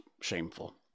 shameful